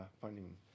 finding